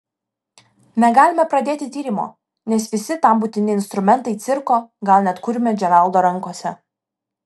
negalime pradėti tyrimo nes visi tam būtini instrumentai cirko gal net kurmio džeraldo rankose